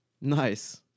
nice